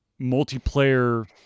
multiplayer